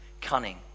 cunning